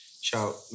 shout